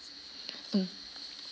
mm